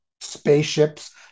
spaceships